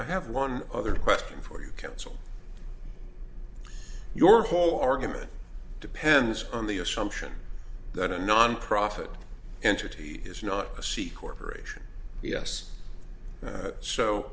i have one other question for you counsel your whole argument depends on the assumption that a nonprofit entity is not a c corporation yes